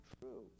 true